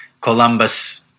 Columbus